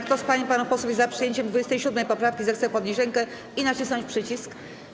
Kto z pań i panów posłów jest za przyjęciem 27. poprawki, zechce podnieść rękę i nacisnąć przycisk.